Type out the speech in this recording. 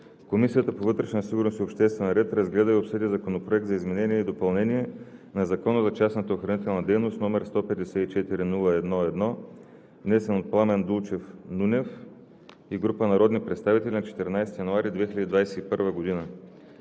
Комисията по вътрешна сигурност и обществен ред разгледа и обсъди Законопроект за изменение и допълнение на Закона за частната охранителна дейност, № 154-01-1, внесен от Пламен Дулчев Нунев и група народни представители на 14 януари 2021 г.